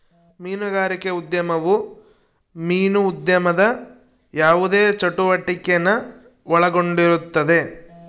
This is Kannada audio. ಮೀನುಗಾರಿಕೆ ಉದ್ಯಮವು ಮೀನು ಉದ್ಯಮದ ಯಾವುದೇ ಚಟುವಟಿಕೆನ ಒಳಗೊಂಡಿರುತ್ತದೆ